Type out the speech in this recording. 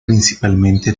principalmente